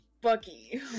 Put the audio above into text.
Bucky